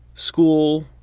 school